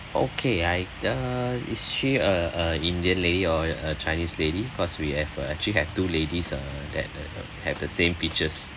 okay I uh is she a a indian lady or a chinese lady because we have uh actually have two ladies uh that uh have the same features